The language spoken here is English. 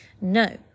no